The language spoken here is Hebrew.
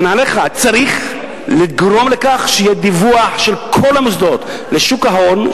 צריך לגרום לכך שיהיה דיווח של כל המוסדות לשוק ההון,